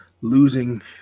losing